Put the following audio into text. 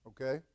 Okay